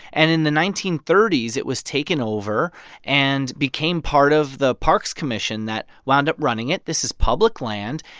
and in the nineteen thirty s, it was taken over and became part of the parks commission that wound up running it. this is public land,